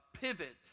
pivot